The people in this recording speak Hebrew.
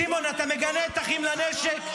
סימון, אתה מגנה את אחים לנשק?